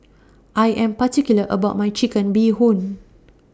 I Am particular about My Chicken Bee Hoon